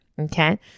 Okay